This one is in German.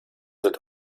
sind